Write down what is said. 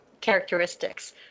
characteristics